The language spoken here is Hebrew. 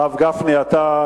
הרב גפני, אמרתי.